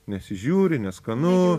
nesižiūri neskanu